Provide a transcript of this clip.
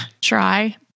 try